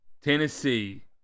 Tennessee